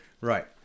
Right